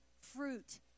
fruit